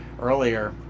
earlier